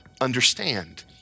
understand